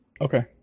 Okay